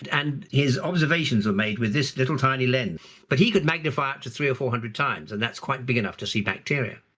and his observations were made with this little tiny lens. but he could magnify up to three or four hundred times and that's quite big enough to see bacteria.